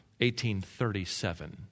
1837